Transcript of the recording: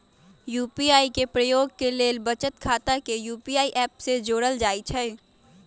UPI के प्रयोग के लेल बचत खता के यू.पी.आई ऐप से जोड़ल जाइ छइ